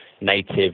native